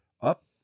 up